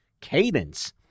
cadence